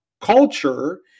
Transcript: culture